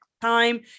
time